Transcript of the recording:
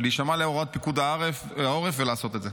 להישמע להוראות פיקוד העורף ולעשות את זה.